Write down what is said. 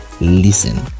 listen